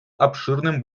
обширным